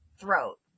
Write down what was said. throat